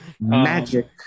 Magic